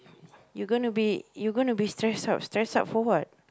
you gonna be you gonna be stress out stress out for what